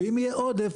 ואם יהיה עודף,